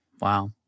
Wow